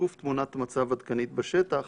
שיקוף תמונת מצב עדכנית בשטח.